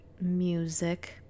music